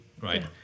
right